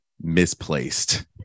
misplaced